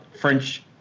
French